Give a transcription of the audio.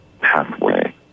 pathway